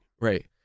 Right